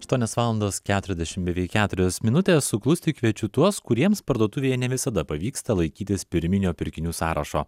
aštuonios valandos keturiasdešim beveik keturios minutės suklusti kviečiu tuos kuriems parduotuvėje ne visada pavyksta laikytis pirminio pirkinių sąrašo